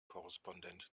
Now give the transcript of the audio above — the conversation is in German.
korrespondent